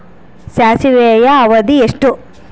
ಸಾಸಿವೆಯ ಅವಧಿ ಎಷ್ಟು?